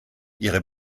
ihre